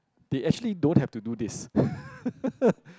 they actually don't have to do this